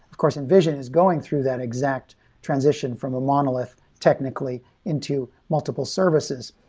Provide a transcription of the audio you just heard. of course, invision is going through that exact transition from a monolith, technically, into multiple services.